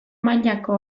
mailako